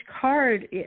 card